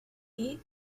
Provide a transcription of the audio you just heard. gate